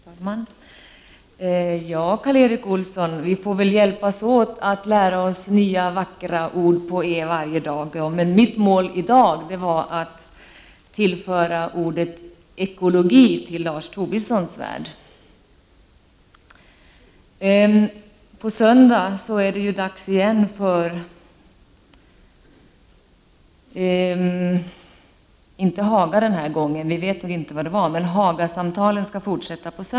Herr talman! Ja, Karl Erik Olsson, vi får väl hjälpas åt att lära oss nya, vackra ord på E varje dag. Mitt mål i dag var att föra in ordet ekologi i Lars Tobissons värld. På söndag är det dags igen för Hagasamtalen.